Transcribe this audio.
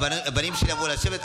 הבנים שלי יעברו לשבת?